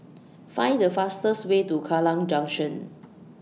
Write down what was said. Find The fastest Way to Kallang Junction